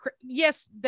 yes